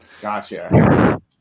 Gotcha